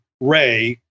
Ray